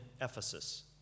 Ephesus